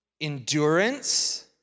Endurance